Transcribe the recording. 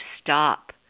stop